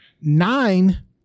nine